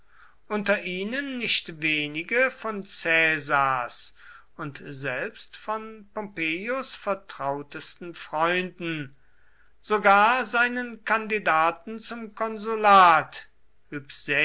unter ihnen nicht wenige von caesars und selbst von pompeius vertrautesten freunden sogar seinen kandidaten zum konsulat